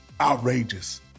outrageous